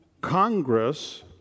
Congress